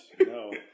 No